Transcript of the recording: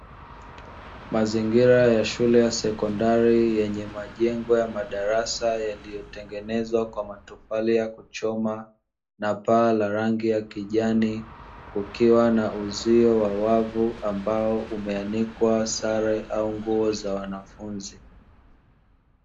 Mazingira ya shule ya sekondari yenye majengo ya madarasa yaliyotengenezwa kwa matofali ya kuchona, na paa la rangi ya kijani kukiwa na uzio wa wavu, ambao umeanikwa sare au nguo za wanafunzi.